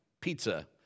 pizza